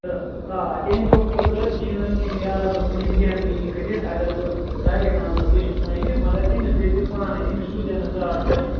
تہٕ آ تٔمۍ دوٚپ اوترٕ چٲنۍ أمۍ یارَن دوٚپُن ہے مٮ۪ہربٲنۍ کٔرِتھ اَگر ژٕ تاریک احمدَس گٔژھو کامہِ مَگر أمِس گٔژھۍزِ پانَے أمِس سوٗززیٚن نہٕ ژاٹہٕ بوج